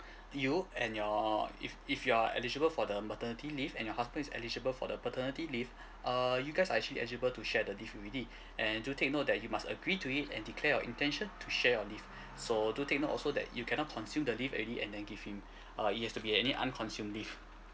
you and your if if you are eligible for the maternity leave and your husband is eligible for the paternity leave uh you guys are actually eligible to share the leave already and do take note that you must agree to it and declare your intention to share your leave so do take note also that you cannot consume the leave already and then give him uh it has to be any unconsumed leave